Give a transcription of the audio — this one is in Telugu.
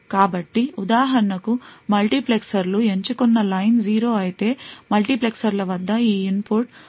కాబట్టి ఉదాహరణకు మల్టీప్లెక్సర్లు ఎంచుకున్న లైన్ 0 అయితే మల్టీప్లెక్సర్ల వద్ద ఈ ఇన్పుట్ అవుట్పుట్ కు పంపబడుతుంది